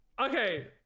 okay